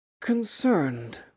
concerned